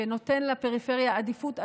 שנותן לפריפריה עדיפות אדירה,